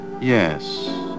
Yes